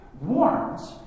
warns